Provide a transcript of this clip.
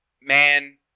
man